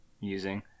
using